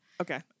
Okay